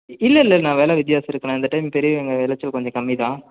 இல்லை இல்லைண்ணா வில வித்தியாசம் இருக்குதுண்ணா இந்த டைம் பெரிய வெங்காயம் விளச்சல் கொஞ்சம் கம்மி தான்